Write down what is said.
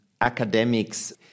academics